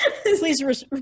Please